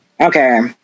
Okay